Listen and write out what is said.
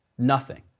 nothing.